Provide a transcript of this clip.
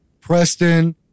Preston